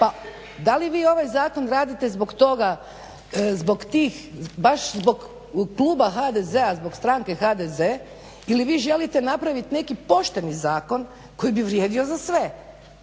Pa da li vi ovaj zakon radite zbog toga, zbog tih, baš zbog kluba HDZ-a, zbog stranke HDZ ili vi želite napraviti neki pošteni zakon koji bi vrijedio za sve?